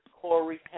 Corey